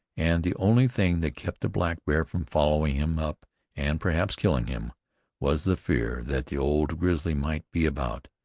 and the only thing that kept the blackbear from following him up and perhaps killing him was the fear that the old grizzly might be about.